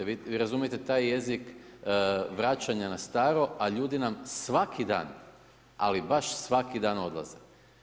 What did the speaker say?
Vi razumijete taj jezik vraćanja na staro, a ljudi nam svaki dan, ali baš svaki dan odlaze.